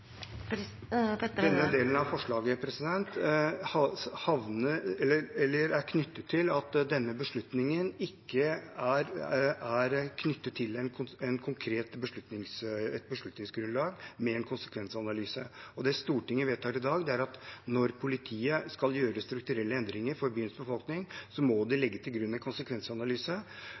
Denne delen av forslaget handler om at denne beslutningen ikke er knyttet til et konkret beslutningsgrunnlag med en konsekvensanalyse. Det Stortinget vedtar i dag, er at når politiet skal gjøre strukturelle endringer for byens befolkning, må de legge til grunn en konsekvensanalyse.